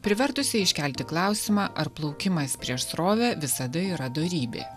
privertusiai iškelti klausimą ar plaukimas prieš srovę visada yra dorybė